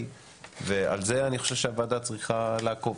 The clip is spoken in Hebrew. ועל זה אני חושב שהוועדה צריכה לעקוב,